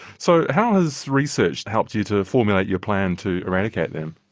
so how has research helped you to formulate your plan to eradicate them?